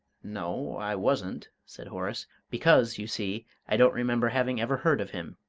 no, i wasn't, said horace because, you see, i don't remember having ever heard of him.